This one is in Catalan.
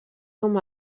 com